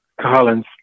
Collins